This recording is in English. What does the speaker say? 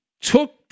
took